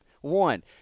One –